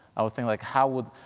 i would think like how would,